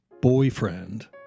boyfriend